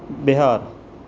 Bihar